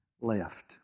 left